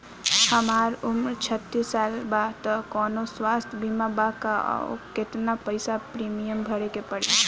हमार उम्र छत्तिस साल बा त कौनों स्वास्थ्य बीमा बा का आ केतना पईसा प्रीमियम भरे के पड़ी?